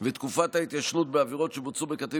ותקופת ההתיישנות בעבירות שבוצעו בקטין